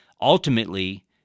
Ultimately